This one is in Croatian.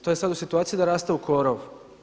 To je sad u situaciji da raste u korov.